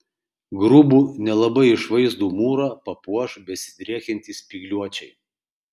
grubų nelabai išvaizdų mūrą papuoš besidriekiantys spygliuočiai